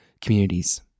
communities